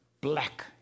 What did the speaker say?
black